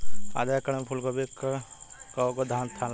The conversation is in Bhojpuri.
आधा एकड़ में फूलगोभी के कव गो थान लागी?